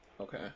okay